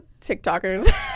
TikTokers